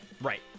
right